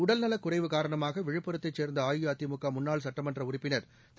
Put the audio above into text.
உடல்நலக் குறைவு காரணமாக விழுப்புரத்தைச் சேர்ந்த அஇஅதிமுக முன்னாள் சுட்டமன்ற உறுப்பினர் திரு